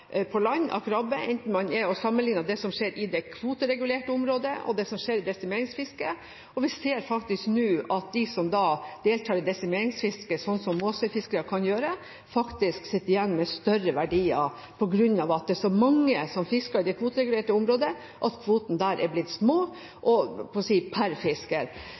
på land, når man sammenlikner det som skjer i det kvoteregulerte området, og det som skjer i desimeringsfiske. Vi ser nå at de som deltar i desimeringsfisket, sånn som Måsøy-fiskere kan gjøre, sitter igjen med større verdier på grunn av at det er så mange som fisker i det kvoteregulerte området at kvotene er blitt små per fisker.